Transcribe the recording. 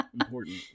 Important